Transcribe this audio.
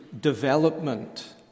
development